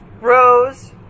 Rose